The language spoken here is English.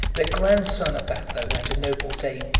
the grandson of atho and a noble dame,